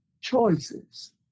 Choices